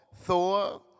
Thor